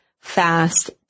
fast